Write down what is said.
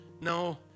No